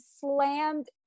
slammed